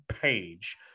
Page